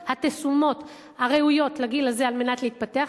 התשומות הראויות לגיל הזה על מנת להתפתח.